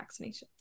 vaccinations